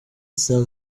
sell